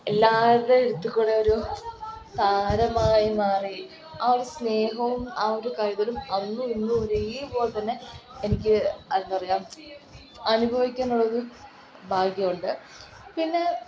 എല്ലാവരുടെയും അടുത്ത് കൂടെ ഒരു താരമായി മാറി ആ ഒരു സ്നേഹവും ആ ഒരു കരുതലും അന്നും ഇന്നും ഒരേ പോലെ തന്നെ എനിക്ക് എന്താ പറയുക അനുഭവിക്കാനൊരു ഭാഗ്യമുണ്ട് പിന്നെ